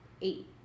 eight